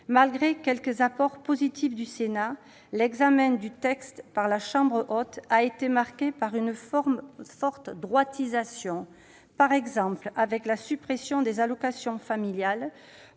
Malgré quelques apports positifs du Sénat, l'examen du texte par la chambre haute a été marqué par une forte droitisation. Je pense, par exemple, à la suppression des allocations familiales